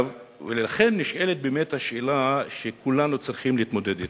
ולכן נשאלת באמת השאלה שכולנו צריכים להתמודד אתה: